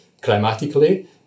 climatically